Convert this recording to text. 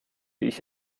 ich